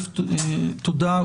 ראשית, תודה.